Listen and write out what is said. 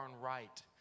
right